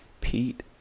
Pete